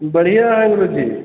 बढ़िया हैं गुरु जी